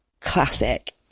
classic